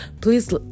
please